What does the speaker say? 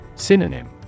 Synonym